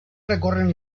recorren